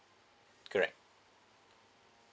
correct